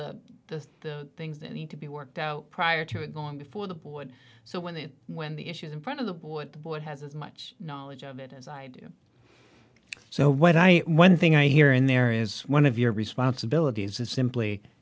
all the the things that need to be worked out prior to going before the board so when they when the issues in front of the board the board has as much knowledge of it as i do so what i one thing i hear in there is one of your responsibilities is simply